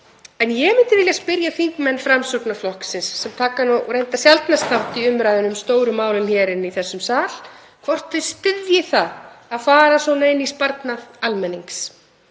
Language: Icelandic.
Ég myndi vilja spyrja þingmenn Framsóknarflokksins, sem taka nú reyndar sjaldnast þátt í umræðunni um stóru málin hér í þessum sal, hvort þau styðji það að fara svona inn í sparnað almennings,